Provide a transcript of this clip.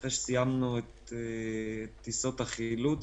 אחרי שסיימנו את טיסות החילוץ,